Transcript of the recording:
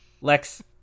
Lex